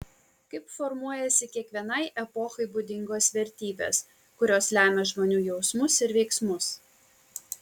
kaip formuojasi kiekvienai epochai būdingos vertybės kurios lemia žmonių jausmus ir veiksmus